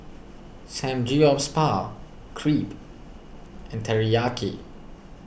Samgyeopsal Crepe and Teriyaki